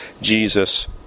Jesus